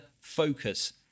focus